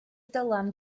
dylan